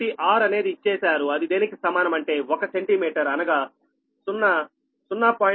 కాబట్టి r అనేది ఇచ్చేశారు అది దేనికి సమానం అంటే ఒక సెంటీమీటరు అనగా 0 0